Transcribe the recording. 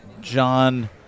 John